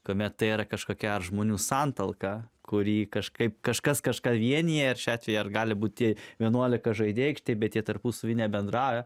kame tai yra kažkokia ar žmonių santalka kurį kažkaip kažkas kažką vienija šiuo atveju ar gali būti vienuolika žaidėjų bet jie tarpusavyje nebendrauja